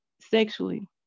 sexually